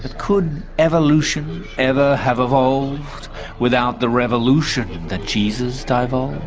could evolution ever have evolved without the revolution that jesus divulged?